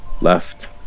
Left